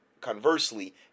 conversely